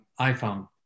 iPhone